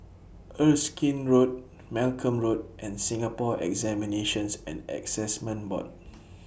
Erskine Road Malcolm Road and Singapore Examinations and Assessment Board